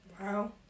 wow